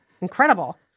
incredible